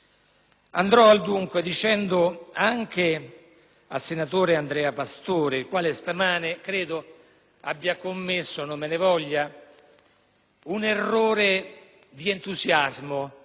Andrò al dunque dicendo una cosa anche al senatore Pastore, il quale stamane credo abbia commesso - non me ne voglia - un errore di entusiasmo